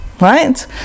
right